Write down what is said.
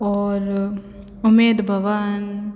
और उम्मेद भवन